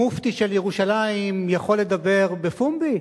המופתי של ירושלים יכול לדבר בפומבי,